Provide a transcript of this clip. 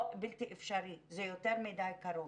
לא, בלתי אפשרי, זה יותר מדי קרוב.